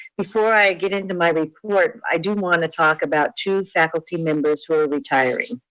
before i get into my report, i do wanna talk about two faculty members who are retiring.